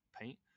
paint